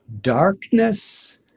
Darkness